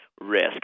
risk